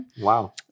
wow